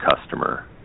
customer